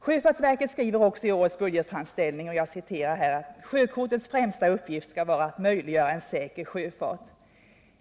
Sjöfartsverket skriver också i årets budgetframställning: ”Sjökortens främsta uppgift skall vara att möjliggöra en säker sjöfart.